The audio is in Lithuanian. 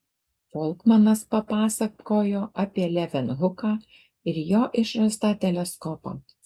folkmanas papasakojo apie levenhuką ir jo išrastą teleskopą